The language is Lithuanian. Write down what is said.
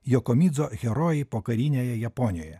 jokomidzo herojai pokarinėje japonijoje